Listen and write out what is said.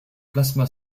plasma